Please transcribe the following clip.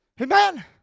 Amen